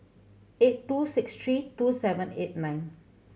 eight two six three two seven eight nine